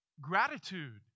gratitude